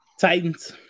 Titans